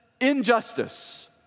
injustice